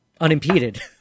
unimpeded